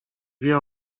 wie